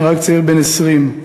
נהרג צעיר בן 20,